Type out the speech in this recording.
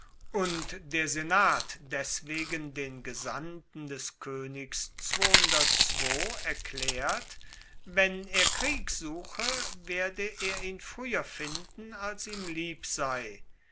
und der senat deswegen den gesandten des koenigs erklaert wenn er krieg suche werde er ihn frueher finden als ihm lieb sei